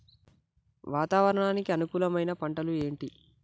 వాతావరణానికి అనుకూలమైన పంటలు ఏంటి?